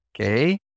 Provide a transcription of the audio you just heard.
okay